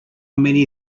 many